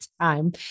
time